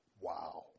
Wow